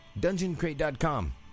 DungeonCrate.com